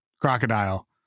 crocodile